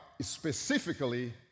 specifically